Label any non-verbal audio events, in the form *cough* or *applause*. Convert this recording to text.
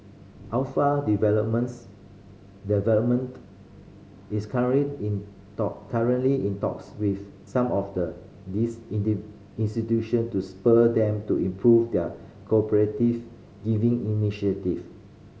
alpha Developments Development is current in talk currently in talks with some of these *unintelligible* institutions to spur them to improve their *unintelligible* giving initiative